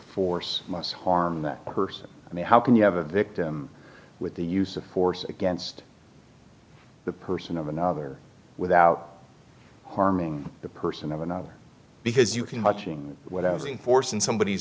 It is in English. force most harm that person i mean how can you have a victim with the use of force against the person of another without harming the person of another because you can watching what i was a force in somebod